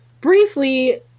Briefly